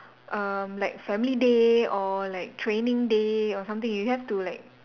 erm like family day or like training day or something you have to like